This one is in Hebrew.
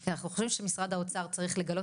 כי אנחנו חושבים שמשרד האוצר צריך לגלות